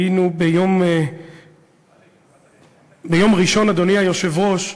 היינו ביום ראשון, אדוני היושב-ראש,